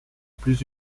plus